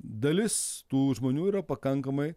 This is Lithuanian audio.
dalis tų žmonių yra pakankamai